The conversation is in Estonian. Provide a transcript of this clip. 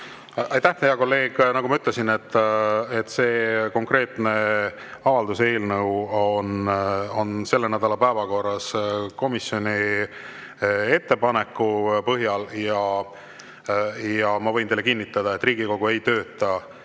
hea kolleeg! Nagu ma ütlesin, see konkreetne avalduse eelnõu on selle nädala päevakorras komisjoni ettepaneku põhjal. Ma võin teile kinnitada, et Riigikogu ei tööta